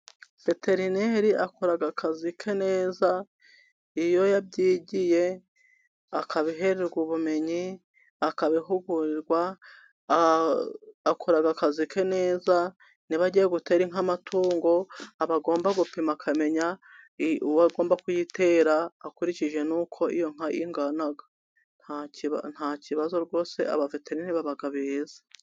Veterineri akorag akazi ke neza iyo yabyigiye, akabihrerwa ubumenyi, akabihugurirwa akora akazi ke neza nibajye gutera nk'amatungongo abagomba gupima akamenya uwagomba kuyitera akurikije nuko iyo nka inganaga, nta kibazo rwose abaveteni b'abagaboheza.